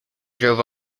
drove